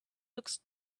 looks